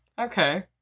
Okay